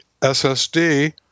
SSD